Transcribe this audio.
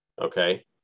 Okay